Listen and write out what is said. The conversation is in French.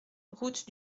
route